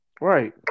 right